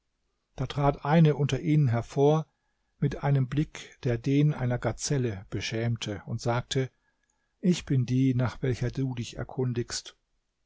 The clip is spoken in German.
da trat eine unter ihnen hervor mit einem blick der den einer gazelle beschämte und sagte ich bin die nach welcher du dich erkundigst